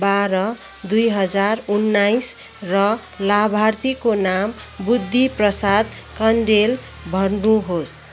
बाह्र दुई हजार उन्नाइस् र लाभार्थीको नाम बुद्धिप्रसाद कँडेल भन्नुहोस्